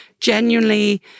genuinely